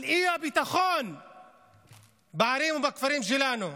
על האי-ביטחון בערים ובכפרים שלנו.